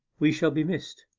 we shall be missed.